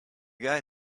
guy